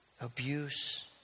abuse